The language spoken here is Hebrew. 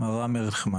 מר רם ארליכמן.